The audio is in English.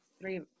three